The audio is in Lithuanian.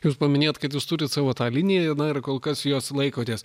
jūs paminėjot kad jūs turit savo tą liniją ir kol kas jos laikotės